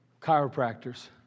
chiropractors